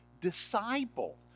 disciple